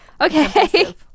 Okay